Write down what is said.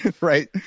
Right